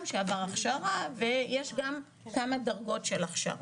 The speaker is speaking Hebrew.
שעבר הכשרה ויש גם כמה דרגות של הכשרה,